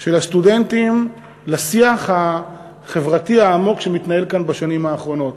של הסטודנטים לשיח החברתי העמוק שמתנהל כאן בשנים האחרונות.